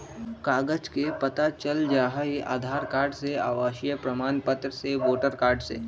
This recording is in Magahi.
कागज से पता चल जाहई, आधार कार्ड से, आवासीय प्रमाण पत्र से, वोटर कार्ड से?